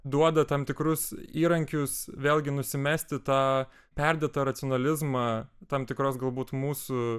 duoda tam tikrus įrankius vėlgi nusimesti tą perdėtą racionalizmą tam tikros galbūt mūsų